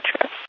true